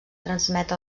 transmet